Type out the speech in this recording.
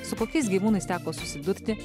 su kokiais gyvūnais teko susidurti